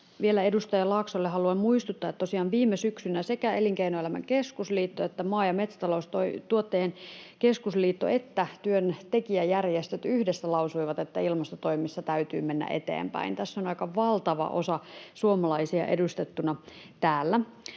edustaja Laaksolle haluan muistuttaa, että tosiaan viime syksynä sekä Elinkeinoelämän keskusliitto, Maa- ja metsätaloustuottajain Keskusliitto että työntekijäjärjestöt yhdessä lausuivat, että ilmastotoimissa täytyy mennä eteenpäin. Tässä on aika valtava osa suomalaisista edustettuna.